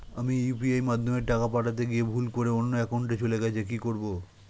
আমি ইউ.পি.আই মাধ্যমে টাকা পাঠাতে গিয়ে ভুল করে অন্য একাউন্টে চলে গেছে কি করব?